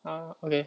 oh okay